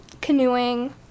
Canoeing